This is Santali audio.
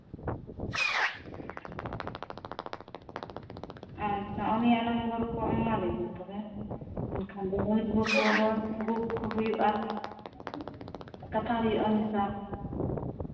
ᱟᱪᱪᱷᱟ ᱩᱱᱤᱭᱟᱜ ᱱᱚᱢᱵᱚᱨ ᱠᱚ ᱮᱢᱟᱞᱤᱧ ᱵᱤᱱ ᱛᱚᱵᱮ ᱮᱱᱠᱷᱟᱱ ᱫᱚ ᱩᱱᱠᱩ ᱠᱚ ᱦᱚᱸ ᱵᱩᱠ ᱠᱚ ᱦᱩᱭᱩᱜᱼᱟ ᱠᱟᱛᱷᱟ ᱦᱩᱭᱩᱜᱼᱟ ᱩᱱᱤ ᱥᱟᱶ